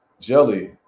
Jelly